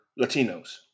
Latinos